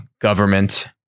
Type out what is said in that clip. government